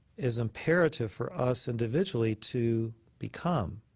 is imperative for us individually to become.